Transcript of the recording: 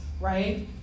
right